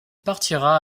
partira